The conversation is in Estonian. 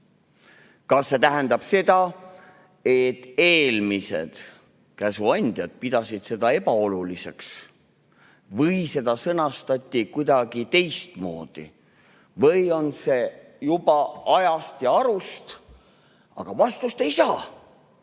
Kas see tähendab seda, et eelmised käsuandjad pidasid seda ebaoluliseks või see käsk sõnastati kuidagi teistmoodi? Või on see nüüd juba ajast ja arust? Aga vastust ei saa.